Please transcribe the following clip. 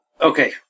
Okay